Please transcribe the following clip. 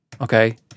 Okay